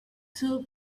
too